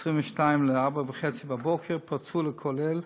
22:00 ו-04:30, פרצו לכולל,